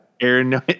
Aaron